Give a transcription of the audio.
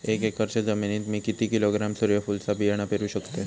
एक एकरच्या जमिनीत मी किती किलोग्रॅम सूर्यफुलचा बियाणा पेरु शकतय?